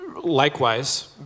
likewise